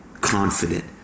confident